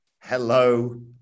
hello